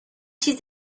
چیز